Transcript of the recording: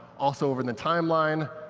also over the timeline,